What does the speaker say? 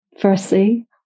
Firstly